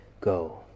Go